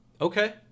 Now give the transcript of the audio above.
Okay